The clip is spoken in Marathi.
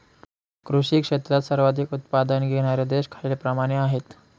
कृषी क्षेत्रात सर्वाधिक उत्पादन घेणारे देश खालीलप्रमाणे आहेत